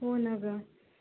हो ना गं